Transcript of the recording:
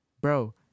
Bro